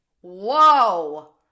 whoa